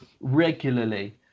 regularly